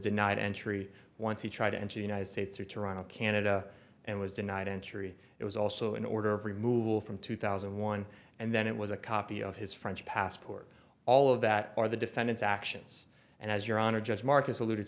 denied entry once he tried to enter united states or toronto canada and was denied entry it was also an order of removed from two thousand and one and then it was a copy of his french passport all of that or the defendant's actions and as your honor judge marcus alluded